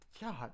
God